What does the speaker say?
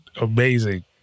Amazing